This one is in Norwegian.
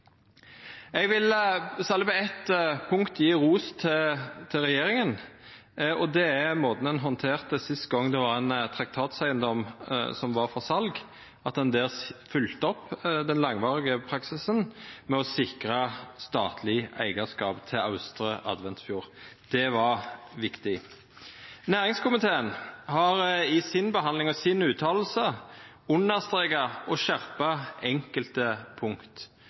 Eg vil særleg på eitt punkt gje ros til regjeringa, og det gjeld måten ein handterte det på sist gong det var ein traktateigedom som var for sal – at ein der følgde opp den langvarige praksisen med å sikra statleg eigarskap, til Austre Adventfjord. Det var viktig. Næringskomiteen har i behandlinga si og i uttalane sine understreka og skjerpa enkelte punkt.